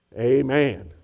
Amen